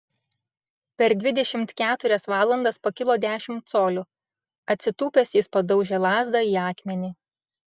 per dvidešimt keturias valandas pakilo dešimt colių atsitūpęs jis padaužė lazdą į akmenį